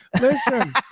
Listen